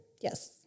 Yes